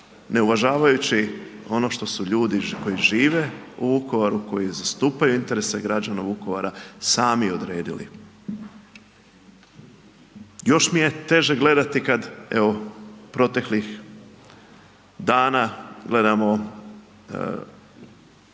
ne uvažavajući ono što su ljudi koji u Vukovaru, koji zastupaju interese građana Vukovara sami odredili. Još mi je teže gledati, kad evo proteklih dana gledamo